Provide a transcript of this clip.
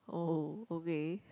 oh okay